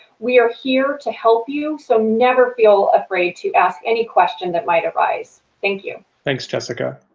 we are here to help you so never feel afraid to ask any question that might arise. thank you, thanks, jessica.